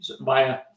via